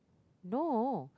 no